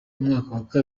umwaka